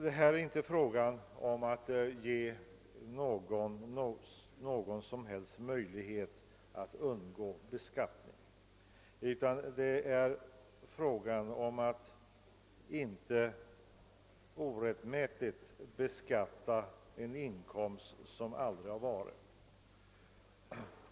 Det är inte fråga om att medge någon möjlighet att undgå beskattning, utan det är fråga om att inte orättmätigt beskatta en inkomst som aldrig har uppkommit.